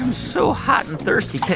so hot and thirsty.